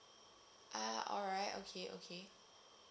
ah alright okay okay